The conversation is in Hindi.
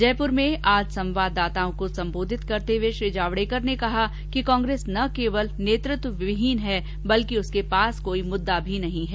जयपुर में आज संवाददाताओं को सम्बोधित करते हुए श्री जावडेकर ने कहा कि कांग्रेस न केवल नेतृत्वहीन है बल्कि उसके पास कोई मुददा भी नहीं है